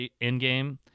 Endgame